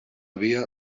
via